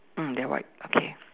mm they're white okay